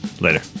Later